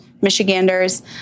Michiganders